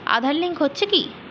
Aadhaar link হচ্ছে কি?